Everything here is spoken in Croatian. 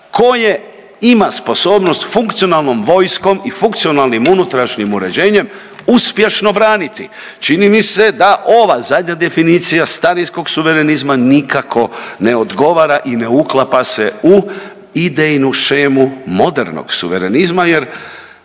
koje ima sposobnost funkcionalnom vojskom i funkcionalnim unutrašnjim uređenjem uspješno braniti. Čini mi se da ova zadnja definicija starinskog suverenizma nikako ne odgovara i ne uklapa se u idejnu shemu modernog suverenizma jer